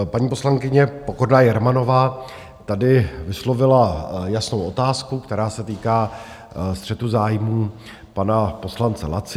Paní poslankyně Pokorná Jermanová tady vyslovila jasnou otázku, která se týká střetu zájmů pana poslance Laciny.